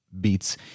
beats